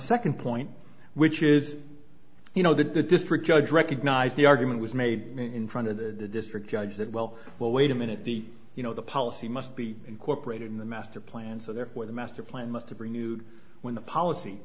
second point which is you know that the district judge recognised the argument was made in front of the district judge that well well wait a minute the you know the policy must be incorporated in the master plan so therefore the master plan must have renewed when the policy